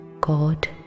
God